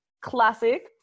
Classic